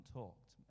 talked